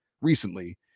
recently